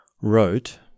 wrote